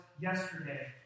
yesterday